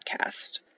podcast